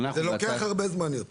זה לוקח הרבה יותר זמן.